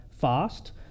fast